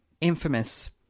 Infamous